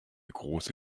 große